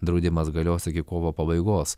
draudimas galios iki kovo pabaigos